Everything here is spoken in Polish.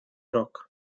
rok